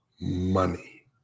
Money